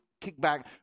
kickback